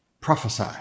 Prophesy